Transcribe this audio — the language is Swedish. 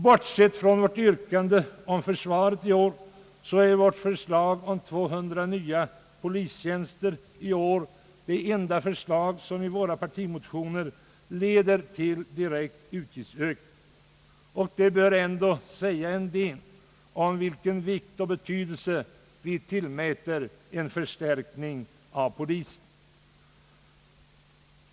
Bortsett från vårt yrkande om försvarsanslagen är vårt förslag om 200 nya polistjänster i år det enda yrkande i våra partimotioner som leder till direkt utgiftsökning. Detta bör dock säga en del om vilken betydelse vi tillmäter en förstärkning av polisen.